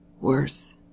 Worse